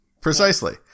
Precisely